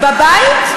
בבית?